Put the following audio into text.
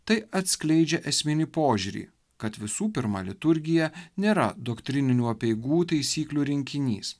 tai atskleidžia esminį požiūrį kad visų pirma liturgija nėra doktrininių apeigų taisyklių rinkinys